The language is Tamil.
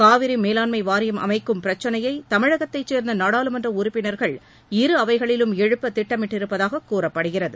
காவிரி மேலாண்மை வாரியம் அமைக்கும் பிரச்சிளையை தமிழகத்தைச் சேர்ந்த நாடாளுமன்ற உறுப்பினர்கள் இரு அவைகளிலும் எழுப்ப திட்டமிட்டிருப்பதாக கூறப்படுகிறது